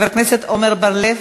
חבר כנסת עמר בר-לב,